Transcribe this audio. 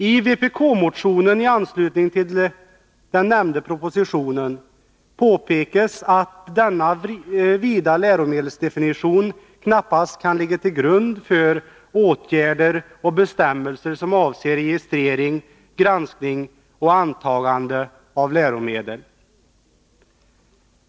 I vpk-motionen i anslutning till den nämnda propositionen påpekades att denna vida läromedelsdefinition knappast kan ligga till grund för åtgärder och bestämmelser som avser registrering, granskning och antagande av läromedel.